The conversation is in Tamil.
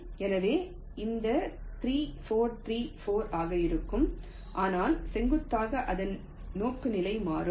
எனவே இந்த 3 4 3 4 ஆக இருக்கும் ஆனால் செங்குத்தாக அதன் நோக்குநிலை மாறும்